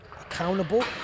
accountable